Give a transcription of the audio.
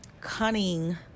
cunning